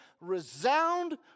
resound